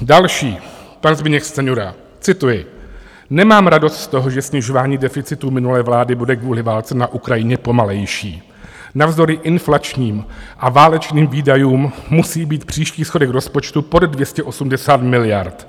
Další, pan Zbyněk Stanjura, cituji: Nemám radost z toho, že snižování deficitu minulé vlády bude kvůli válce na Ukrajině pomalejší, Navzdory inflačním a válečným výdajům musí být příští schodek rozpočtu pod 280 miliard.